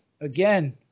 Again